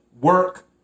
work